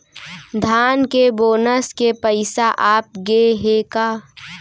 धान के बोनस के पइसा आप गे हे का?